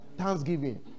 Thanksgiving